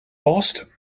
boston